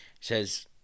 says